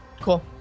Cool